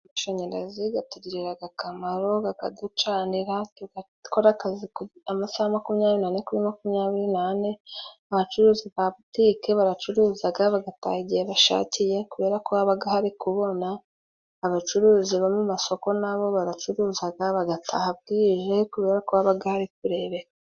Amashanyarazi gatugiriraga akamaro gakaducanira tugakora akazi amasaha makumyabiri n'ane kuri makumyabiri n'ane, abacuruzi ba butike baracuruzaga bagataha igihe bashakiye, kubera ko habaga hari kubona, abacuruzi baba mu masoko n'abo baracuruzaga bagataha bwije kubera ko habaga hari kurebeka.